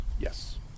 Yes